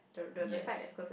yes